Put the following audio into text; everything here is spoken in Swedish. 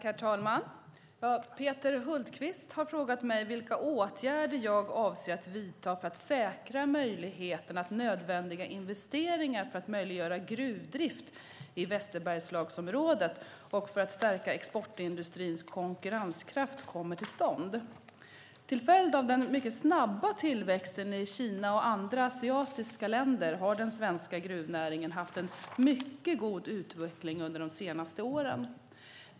Herr talman! Peter Hultqvist har frågat mig vilka åtgärder jag avser att vidta för att säkra möjligheten att nödvändiga investeringar för att möjliggöra gruvdrift i Västerbergslagsområdet och för att stärka exportindustrins konkurrenskraft kommer till stånd. Till följd av den mycket snabba tillväxten i Kina och andra asiatiska länder har den svenska gruvnäringen haft en mycket god utveckling under de senaste åren.